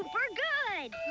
super good!